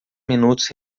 minutos